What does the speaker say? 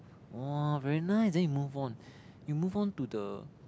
!wah! very nice then you move on you move on to the